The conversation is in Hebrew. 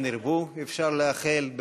כן ירבו, אפשר לאחל.